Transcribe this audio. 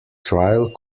trial